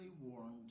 warned